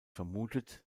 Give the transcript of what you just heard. vermutet